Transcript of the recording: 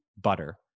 butter